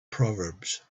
proverbs